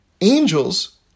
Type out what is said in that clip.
angels